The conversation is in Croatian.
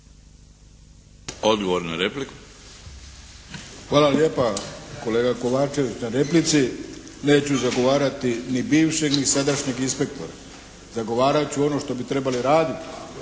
Mato (SDP)** Hvala lijepa kolega Kovačević na replici. Neću zagovarati ni bivšeg ni sadašnjeg inspektora, zagovarat ću ono što bi trebali raditi.